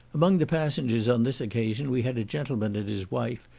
among the passengers on this occasion we had a gentleman and his wife,